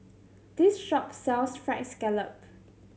this shop sells Fried Scallop